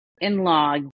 in-law